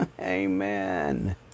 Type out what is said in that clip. Amen